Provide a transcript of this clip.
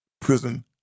prison